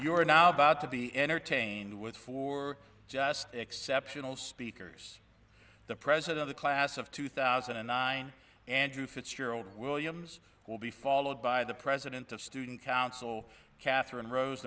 are now about to be entertained with for just exceptional speakers the president the class of two thousand and nine andrew fitzgerald williams will be followed by the president of student council katherine rose